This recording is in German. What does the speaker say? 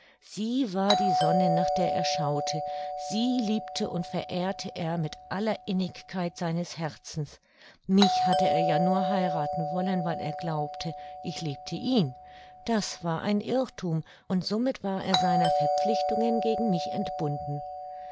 sie war die sonne nach der er schaute sie liebte und verehrte er mit aller innigkeit seines herzens mich hatte er ja nur heirathen wollen weil er glaubte ich liebte ihn das war ein irrthum und somit war er seiner verpflichtungen gegen mich entbunden